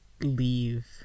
leave